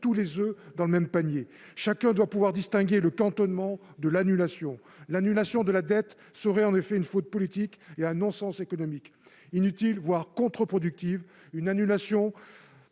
tous les oeufs dans le même panier. Chacun doit pouvoir distinguer le cantonnement de l'annulation. L'annulation de la dette serait en effet une faute politique et un non-sens économique. Inutile, voire contreproductive, elle aurait